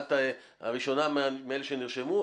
את הראשונה מאלה שנרשמו,